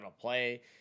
play